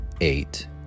eight